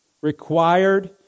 required